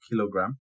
kilogram